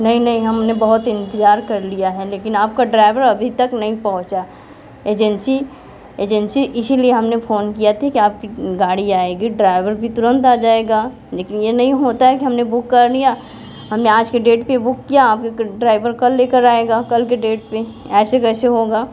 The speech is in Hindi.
नहीं नहीं हमने बहुत इंतजार कर लिया है लेकिन आपका ड्राइवर अभी तक नहीं पहुंचा एजेंसी एजेंसी इसीलिए हमने फोन किया था कि आपकी गाड़ी आएगी ड्राइवर भी तुरंत आ जाएगा लेकिन ये नहीं होता है कि हमने बुक कर लिया हमने आज के डेट पर बुक किया आप ड्राइवर कल ले कर आएगा कल के डेट पर ऐसे कैसे होगा